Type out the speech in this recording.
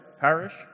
parish